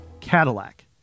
Cadillac